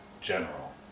general